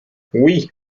oui